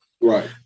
Right